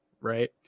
right